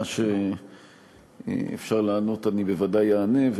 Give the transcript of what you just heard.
על מה שאפשר לענות אני בוודאי אענה,